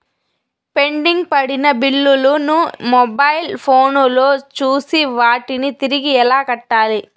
pending పడిన బిల్లులు ను మొబైల్ ఫోను లో చూసి వాటిని తిరిగి ఎలా కట్టాలి